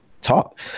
talk